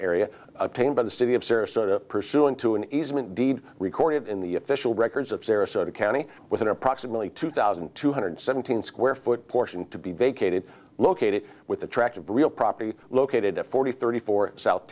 area obtained by the city of sarasota pursuant to an easement deed recorded in the official records of sarasota county within approximately two thousand two hundred seventeen square foot portion to be vacated located with attractive real property located at forty thirty four south